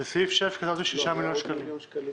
בסעיף 6 כתבתם 6 מיליון שקלים.